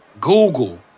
Google